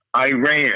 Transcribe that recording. Iran